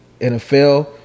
NFL